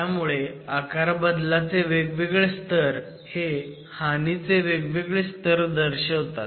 त्यामुळे आकारबदलाचे वेगवेगळे स्तर हे हानीचे वेगवेगळे स्तर दर्शवतात